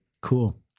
Cool